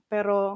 Pero